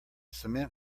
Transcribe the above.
cement